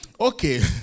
Okay